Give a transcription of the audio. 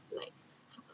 like